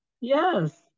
yes